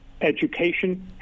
education